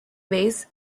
base